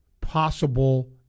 possible